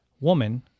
Woman